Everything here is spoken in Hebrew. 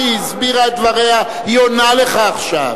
היא הסבירה את דבריה, היא עונה לך עכשיו.